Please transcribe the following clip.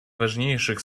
важнейших